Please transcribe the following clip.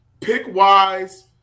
Pick-wise